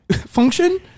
function